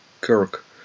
Kirk